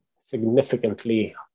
significantly